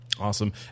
Awesome